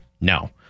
No